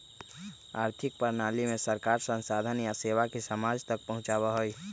आर्थिक प्रणाली में सरकार संसाधन या सेवा के समाज तक पहुंचावा हई